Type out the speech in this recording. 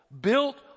built